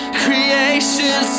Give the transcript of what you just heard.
creation